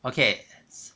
okay